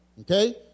Okay